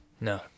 No